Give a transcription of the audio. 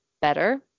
better